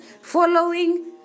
following